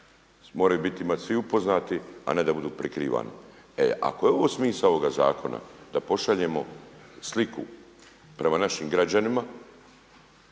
moraju biti svi upoznati, a ne da budu prikrivani. E ako je ovo smisao ovog zakona da pošaljemo sliku prema našim građanima